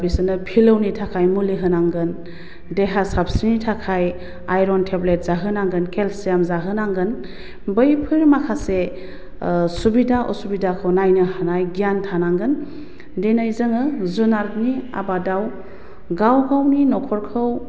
बिसोरनो फिलौनि थाखाय मुलि होनांगोन देहा साबस्रिनि थाखाय आइरन टेब्लेट जाहोनांगोन केलसियाम जाहोनांगोन बैफोर माखासे सुबिदा असुबिदाखौ नायनो हानाय गियान थानांगोन दिनै जोङो जुनारनि आबादाव गाव गावनि न'खरखौ